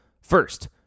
First